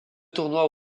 tournois